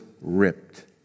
ripped